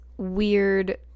weird